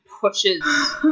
pushes